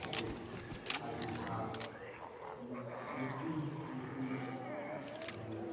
ꯑꯗꯨ ꯀꯥꯂꯦꯟ ꯊꯥ ꯑꯃꯨꯛꯀ ꯅꯨꯡꯊꯤꯟ ꯅꯨꯡꯊꯤꯟꯗꯁꯨ ꯁꯨꯃꯥꯏꯅ